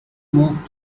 moved